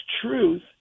truth